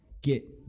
get